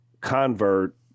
convert